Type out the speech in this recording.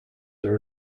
are